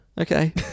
Okay